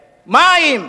מים,